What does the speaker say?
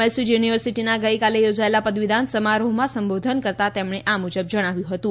મૈસૂર યુનિવર્સિટીના ગઈકાલે યોજાયેલા પદવીદાન સમારોહમાં સંબોધન કરતાં તેમણે આ મુજબ જણાવ્યું હતું